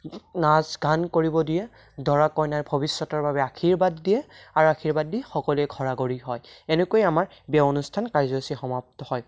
নাচ গান কৰিব দিয়ে দৰা কইনাৰ ভৱিষ্যতৰ বাবে আশীৰ্বাদ দিয়ে আৰু আশীৰ্বাদ দি সকলোৱে ঘৰা ঘৰি হয় এনেকৈ আমাৰ বিয়া অনুষ্ঠান কাৰ্যসূচী সমাপ্ত হয়